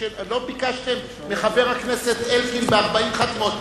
לא ביקשתם מחבר הכנסת אלקין ב-40 חתימות.